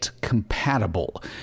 compatible